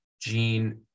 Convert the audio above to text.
gene